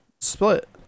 split